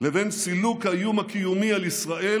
לבין סילוק האיום הקיומי על ישראל,